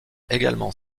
également